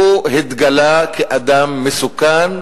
התגלה כאדם מסוכן,